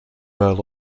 buil